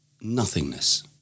nothingness